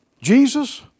Jesus